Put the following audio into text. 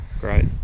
great